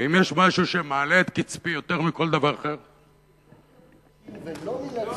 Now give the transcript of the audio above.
ואם יש משהו שמעלה את קצפי יותר מכל דבר אחר זה לא מן הצבועים,